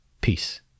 Peace